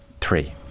Three